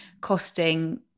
costing